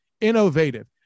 innovative